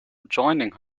joining